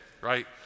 right